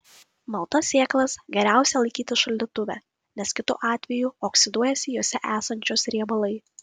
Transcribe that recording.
maltas sėklas geriausia laikyti šaldytuve nes kitu atveju oksiduojasi jose esančios riebalai